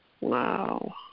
Wow